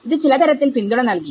ഇത് ചിലതരത്തിൽ പിന്തുണ നൽകി